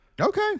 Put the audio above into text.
Okay